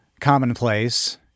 commonplace